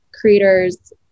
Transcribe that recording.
creators